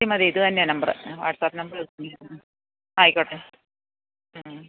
ഇത് മതി ഇത് തന്നെയാണ് നമ്പർ വാട്സ്ആപ്പ് നമ്പർ ഇത് തന്നെ മ് ആയിക്കോട്ടെ മ്ഹൂം